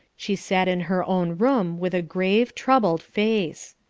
she sat in her own room with a grave, troubled face.